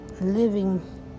living